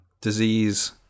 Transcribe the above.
disease